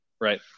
right